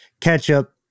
ketchup